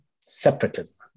separatism